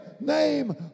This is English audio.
name